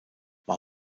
war